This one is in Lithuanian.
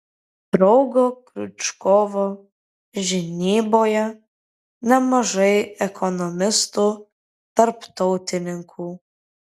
draugo kriučkovo žinyboje nemažai ekonomistų tarptautininkų